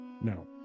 no